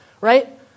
right